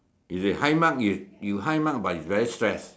is it high mark is you high mark but is very stress